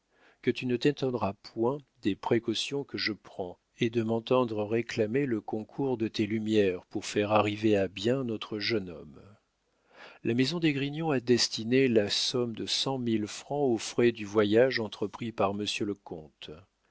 que tu ne t'étonneras point des précautions que je prends et de m'entendre réclamer le concours de tes lumières pour faire arriver à bien notre jeune homme la maison d'esgrignon a destiné la somme de cent mille francs aux frais du voyage entrepris par monsieur le comte